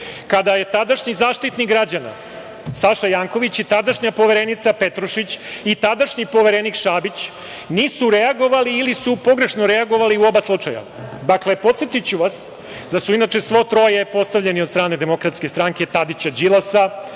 kada je tadašnji Zaštitnik građana, Saša Janković i tadašnja Poverenica, Petrušić i tadašnji Poverenik Šabić, nisu reagovali ili su pogrešno reagovali u oba slučaja. Dakle, podsetiću vas da su inače svo troje postavljeni od strane DS Tadića, Đilasa